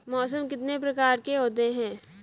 मौसम कितने प्रकार के होते हैं?